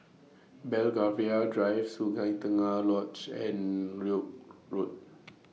Belgravia Drive Sungei Tengah Lodge and York Road